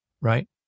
right